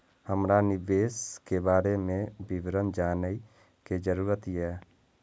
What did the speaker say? हमरा निवेश के बारे में विवरण जानय के जरुरत ये?